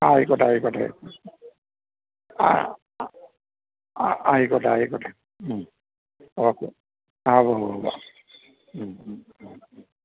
ആ ആയിക്കോട്ടെ ആയിക്കോട്ടെ ആ അ ആ ആയിക്കോട്ടെ ആയിക്കോട്ടെ ഉം ഓക്കെ ആ ഊവ്വുവ്വ് ഉം ഉം